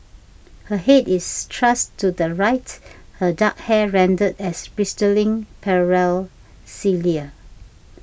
her head is thrust to the right her dark hair rendered as bristling parallel cilia